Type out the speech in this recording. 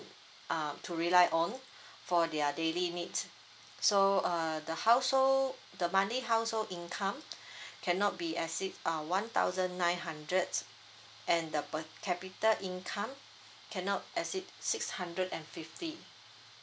uh to rely on for their daily needs so uh the household the monthly household income cannot be exceed uh one thousand nine hundred and the per capita income cannot exceed six hundred and fifty